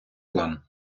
план